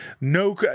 no